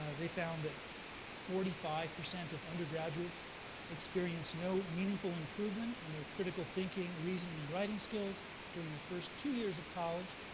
they found that forty five percent of undergraduates experienced no meaningful improvement in their critical thinking, reasoning, and writing skills during their first two years of college.